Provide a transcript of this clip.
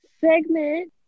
segment